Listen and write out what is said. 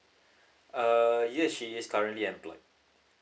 uh yes she is currently employed